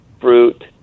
fruit